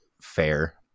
fair